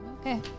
Okay